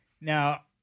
Now